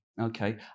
Okay